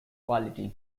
quality